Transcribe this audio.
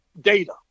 data